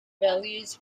values